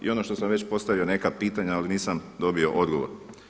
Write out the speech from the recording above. I ono što sam već postavio neka pitanja ali nisam dobio odgovor.